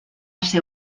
ser